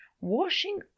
washing